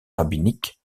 rabbinique